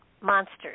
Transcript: monsters